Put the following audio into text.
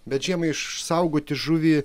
bet žiemą išsaugoti žuvį